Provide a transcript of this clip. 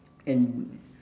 and